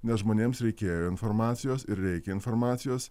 nes žmonėms reikėjo informacijos ir reikia informacijos